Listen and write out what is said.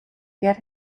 get